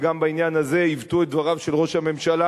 וגם בעניין הזה עיוותו את דבריו של ראש הממשלה.